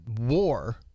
war